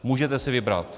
Můžete si vybrat.